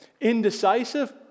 Indecisive